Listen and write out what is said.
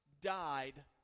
died